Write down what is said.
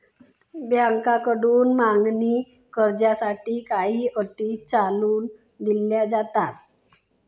बँकांकडून मागणी कर्जासाठी काही अटी घालून दिल्या जातात